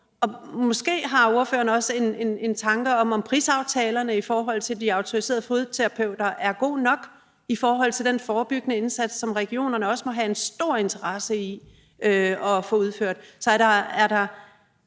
Måske har ordføreren også en tanke om, om prisaftalerne i forhold til de autoriserede fodterapeuter er gode nok i forhold til den forebyggende indsats, som regionerne også må have en stor interesse i at få udført. Hvor opstår